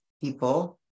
people